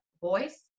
voice